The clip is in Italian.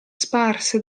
sparse